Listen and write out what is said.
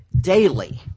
daily –